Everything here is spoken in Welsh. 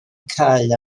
cau